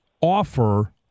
offer